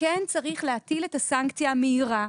וכן צריך להטיל את הסנקציה המהירה.